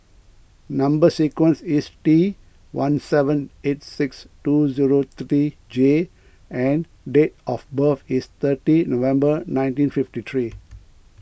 Number Sequence is T one seven eight six two zero three J and date of birth is thirty November nineteen fifty three